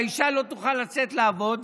והאישה לא תוכל לצאת לעבוד,